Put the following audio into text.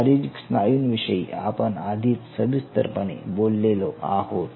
शारीरिक स्नायूंविषयी आपण आधीच सविस्तरपणे बोललेलो आहोत